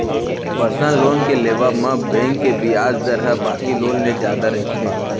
personal loan के लेवब म बेंक के बियाज दर ह बाकी लोन ले जादा रहिथे